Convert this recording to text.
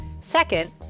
Second